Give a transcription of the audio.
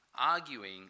arguing